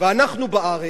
ואנחנו בארץ,